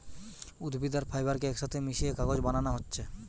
উদ্ভিদ আর ফাইবার কে একসাথে মিশিয়ে কাগজ বানানা হচ্ছে